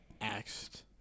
asked